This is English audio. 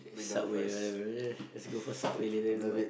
subway let's go for subway